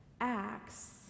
acts